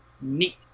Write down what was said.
Neat